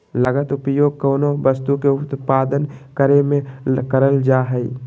लागत उपयोग कोनो वस्तु के उत्पादन करे में करल जा हइ